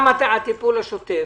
גם הטיפול השוטף.